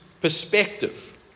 perspective